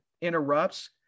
interrupts